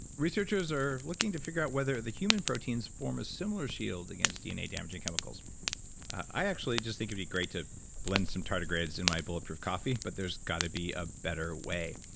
researchers are looking to figure out whether the human proteins form a similar shield against dna damaging chemicals i actually just think it'd be great to blend some tardigrades in my bulletproof coffee, but there's got to be a better way.